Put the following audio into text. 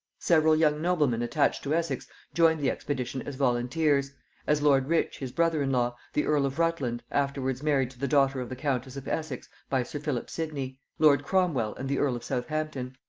several young noblemen attached to essex joined the expedition as volunteers as lord rich his brother-in-law, the earl of rutland, afterwards married to the daughter of the countess of essex by sir philip sidney lord cromwel, and the earl of southampton.